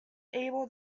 able